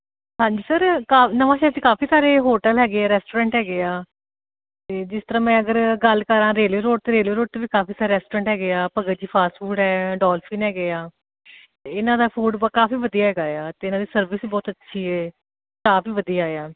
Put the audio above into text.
ਹਾਂਜੀ ਸਰ ਕਾਫ ਨਵਾਂ ਸ਼ਹਿਰ 'ਚ ਕਾਫੀ ਸਾਰੇ ਹੋਟਲ ਹੈਗੇ ਹੈ ਰੈਸਟੋਰੈਂਟ ਹੈਗੇ ਆ ਅਤੇ ਜਿਸ ਤਰਾਂ ਮੈਂ ਅਗਰ ਗੱਲ ਕਰਾਂ ਰੇਲੇ ਰੋਡ 'ਤੇ ਰੇਲ ਰੋਡ 'ਤੇ ਵੀ ਕਾਫੀ ਸਾਰੇ ਰੈਸਟੋਰੈਂਟ ਹੈਗੇ ਆ ਭਗਤ ਜੀ ਫਾਸਟ ਫੂਡ ਹੈ ਡੋਲਫੀਨ ਹੈਗੇ ਆ ਇਹਨਾਂ ਦਾ ਫੂਡ ਪੱ ਕਾਫੀ ਵਧੀਆ ਹੈਗਾ ਆ ਅਤੇ ਇਹਨਾਂ ਦੀ ਸਰਵਿਸ ਵੀ ਬਹੁਤ ਅੱਛੀ ਏ ਕਾਫੀ ਵਧੀਆ ਆ